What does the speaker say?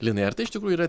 linai ar tai iš tikrųjų yra